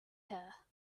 her